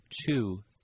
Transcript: two